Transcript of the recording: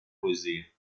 poesie